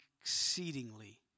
exceedingly